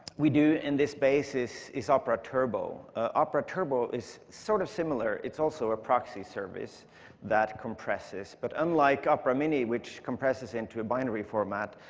we do in this space is is opera turbo. opera turbo is sort of similar. it's also a proxy service that compresses, but unlike opera mini, which compresses into a binary format,